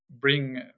bring